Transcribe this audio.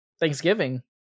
thanksgiving